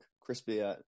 crispy